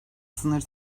sınır